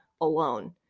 alone